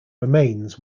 remains